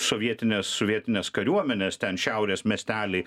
sovietinės sovietinės kariuomenės ten šiaurės miestely